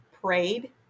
prayed